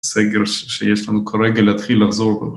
סגר שיש לנו כרגע להתחיל לחזור.